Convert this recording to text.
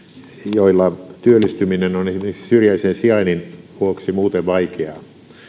joilla työllistyminen on syrjäisen sijainnin vuoksi muuten vaikeaa myös